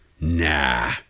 Nah